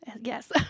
Yes